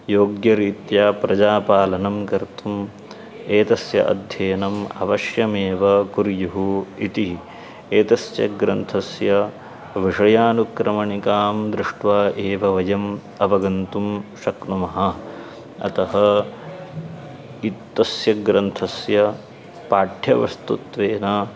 योग्यरीत्या प्रजापालनं कर्तुम् एतस्य अध्ययनम् अवश्यमेव कुर्युः इति एतस्य ग्रन्थस्य विषयानुक्रमणिकां दृष्ट्वा एव वयम् अवगन्तुं शक्नुमः अतः इत्यस्य ग्रन्थस्य पाठ्यवस्तुत्वेन